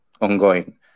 ongoing